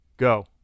go